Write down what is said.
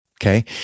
Okay